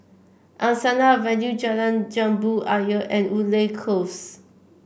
Angsana Avenue Jalan Jambu Ayer and Woodleigh Close